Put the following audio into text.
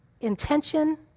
intention